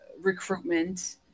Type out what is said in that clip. recruitment